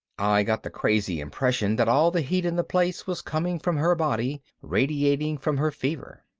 i got the crazy impression that all the heat in the place was coming from her body, radiating from her fever.